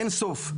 אין-סוף.